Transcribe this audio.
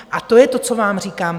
A to je to, co vám říkám.